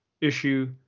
issue